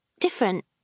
different